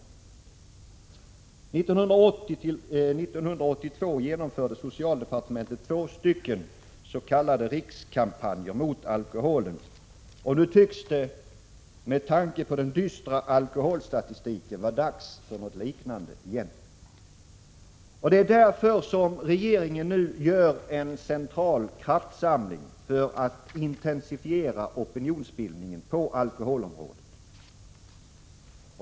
1980—1982 genomförde socialdepartementet två s.k. rikskampanjer mot alkoholen, och nu tycks det — med tanke på den dystra alkoholstatistiken — vara dags för något liknande igen. Det är därför som regeringen nu gör en central kraftsamling för att intensifiera opinionsbildningen på alkoholområdet.